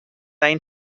any